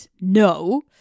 no